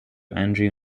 andrew